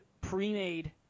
pre-made